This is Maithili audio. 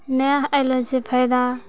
नहि आइ रहल छै फायदा